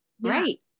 Right